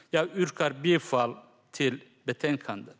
Jag yrkar bifall till utskottets förslag.